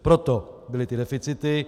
Proto byly deficity.